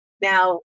Now